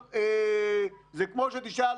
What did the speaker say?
שהגענו אליה יחד עם משרד הבריאות שצריך לחלק את שתי התקופות: